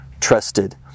trusted